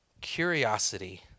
curiosity